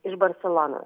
iš barselono